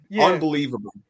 unbelievable